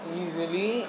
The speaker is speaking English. easily